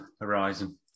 horizon